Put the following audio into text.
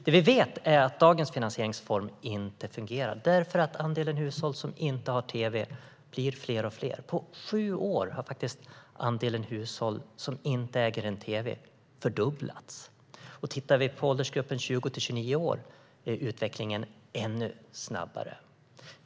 Det vi vet är att dagens finansieringsform inte fungerar därför att andelen hushåll som inte har tv blir större och större. På sju år har faktiskt andelen hushåll som inte äger en tv fördubblats. Tittar vi på åldersgruppen 20-29 år ser vi att utvecklingen är ännu snabbare.